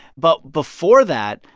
but before that,